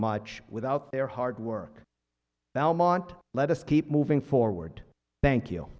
much without their hard work belmont let us keep moving forward thank you